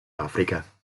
africa